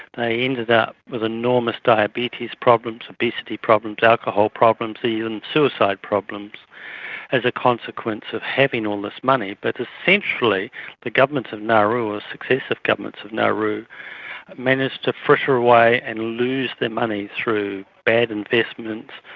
they ended up with enormous diabetes problems, obesity problems, alcohol problems, even suicide problems as a consequence of having all this money. but essentially the governments of nauru or successive governments of nauru managed to fritter away and lose their money through bad investments,